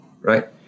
right